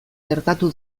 gertatu